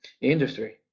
industry